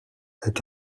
est